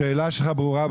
השאלה שלך ברורה.